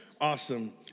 Awesome